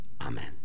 Amen